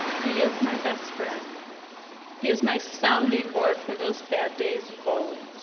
he is my best friend he is my sounding board for those bad days of bowling.